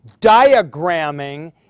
diagramming